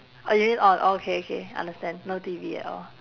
oh you mean orh okay okay understand no T_V at all